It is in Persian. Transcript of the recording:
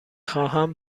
خواهم